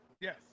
Yes